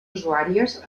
usuàries